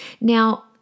Now